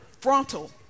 frontal